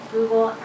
Google